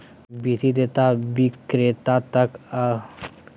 वित्तीय डेटा विक्रेता तब तक अस्तित्व में रहो हइ जब तक वित्तीय डेटा उपलब्ध रहो हइ